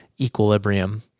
equilibrium